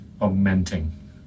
augmenting